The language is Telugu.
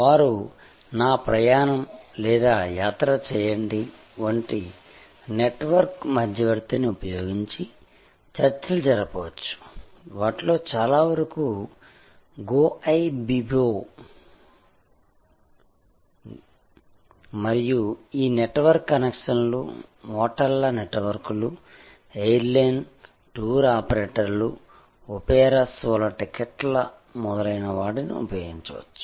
వారు నా ప్రయాణం లేదా యాత్ర చేయడం వంటి నెట్వర్క్ మధ్యవర్తిని ఉపయోగించి చర్చలు జరపవచ్చు వాటిలో చాలా వరకు గోఐబిబో మరియు ఈ నెట్వర్క్ కనెక్షన్లు హోటళ్ల నెట్వర్క్లు ఎయిర్లైన్లు టూర్ ఆపరేటర్లు ఒపెరా షోల టిక్కెట్లు మొదలైనవాటిని ఉపయోగించవచ్చు